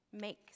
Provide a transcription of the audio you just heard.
make